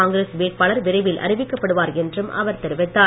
காங்கிரஸ் வேட்பாளர் விரைவில் அறிவிக்ப்படுவார் என்றும் அவர் தெரிவித்தார்